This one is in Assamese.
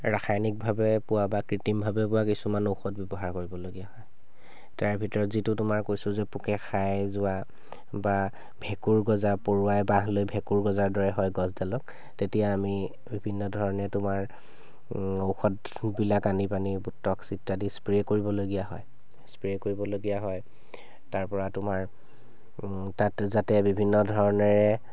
ৰাসায়নিকভাৱে পোৱা বা কৃত্ৰিমভাৱে পোৱা কিছুমান ঔষধ ব্যৱহাৰ কৰিবলগীয়া হয় তাৰ ভিতৰত যিটো তোমাৰ কৈছোঁ যে পোকে খাই যোৱা বা ভেঁকুৰ গজা পৰুৱাই বাহ লৈ ভেঁকুৰ জগাৰ দৰে হয় গছডালত তেতিয়া আমি বিভিন্ন ধৰণে তোমাৰ ঔষধবিলাক আনি আনি ডিটক্স ইত্যাদি স্প্ৰে' কৰিবলগীয়া হয় স্প্ৰে' কৰিবলগীয়া হয় তাৰ পৰা তোমাৰ তাত যাতে বিভিন্ন ধৰণেৰ